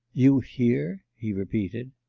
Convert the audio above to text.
you here he repeated.